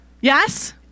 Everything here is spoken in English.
Yes